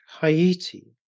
Haiti